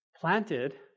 planted